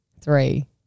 Three